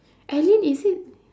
alyn is it